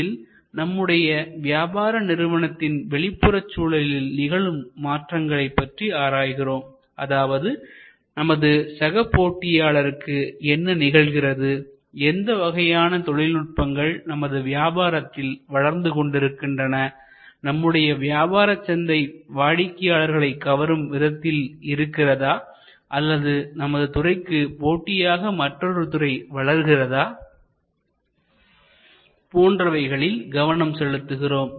இதில் நம்முடைய வியாபார நிறுவனத்தின் வெளிப்புற சூழலில் நிகழும் மாற்றங்களை பற்றி ஆராய்கிறோம் அதாவது நமது சக போட்டியாளருக்கு என்ன நிகழ்கிறது எந்த வகையான தொழில் நுட்பங்கள் நமது வியாபாரத்தில் வளர்ந்து கொண்டிருக்கின்றன நம்முடைய வியாபார சந்தை வாடிக்கையாளர்களை கவரும் விதத்தில் இருக்கிறதா அல்லது நமது துறைக்கு போட்டியாக மற்றொரு துறை வளர்கிறதா போன்றவைகளில் கவனம் செலுத்துகிறோம்